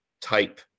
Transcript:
type